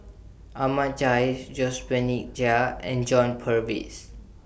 Ahmad Jais Josephine Chia and John Purvis